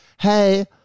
hey